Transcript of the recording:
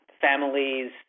families